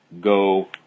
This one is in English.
go